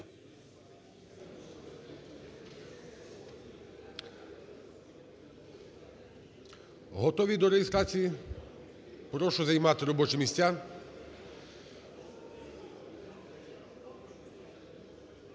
Готові до реєстрації? Прошу займати робочі місця.